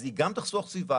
אז היא גם תחסוך לסביבה,